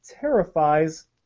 terrifies